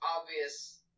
obvious